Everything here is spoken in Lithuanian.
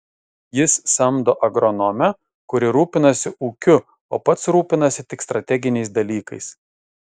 jis samdo agronomę kuri rūpinasi ūkiu o pats rūpinasi tik strateginiais dalykais